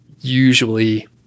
usually